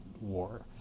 War